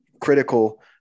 critical